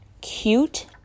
cute